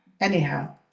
Anyhow